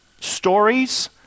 stories